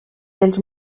els